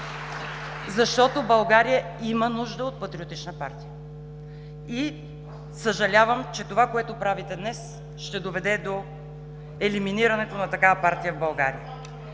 защото България има нужда от патриотична партия. Съжалявам, че това, което правите днес, ще доведе до елиминирането на такава партия в България.